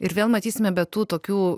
ir vėl matysime be tų tokių